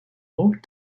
moved